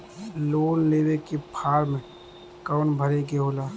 Loan लेवे के form कौन भरे के होला?